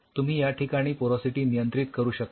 तुम्ही याठिकाणी पोरॉसिटी नियंत्रित करू शकता